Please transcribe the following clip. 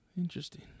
interesting